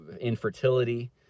infertility